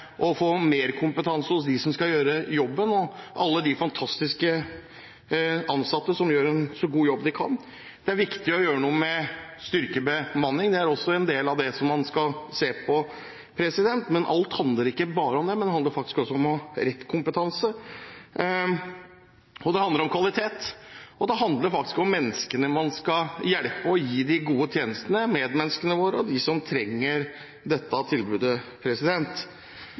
å få mer kompetanse hos dem som skal gjøre jobben – alle de fantastiske ansatte som gjør en så god jobb de kan. Det er viktig å gjøre noe med å styrke bemanningen. Det er også en del av det som man skal se på, men alt handler ikke bare om det, det handler faktisk også om rett kompetanse, det handler om kvalitet, og det handler om menneskene man skal hjelpe og gi de gode tjenestene, medmenneskene våre og dem som trenger dette tilbudet.